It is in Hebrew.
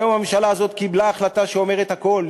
היום הממשלה הזאת קיבלה החלטה שאומרת הכול.